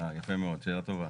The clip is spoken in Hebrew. יפה מאוד, שאלה טובה.